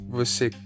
Você